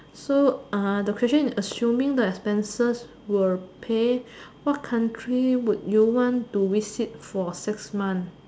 so uh the question is assuming the expenses will pay what country would you want to visit for six months